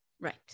right